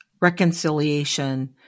reconciliation